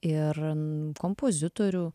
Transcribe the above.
ir kompozitorių